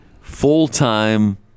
full-time